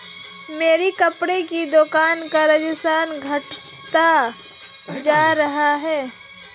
मेरी कपड़े की दुकान का राजस्व घटता जा रहा है